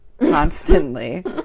constantly